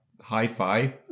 hi-fi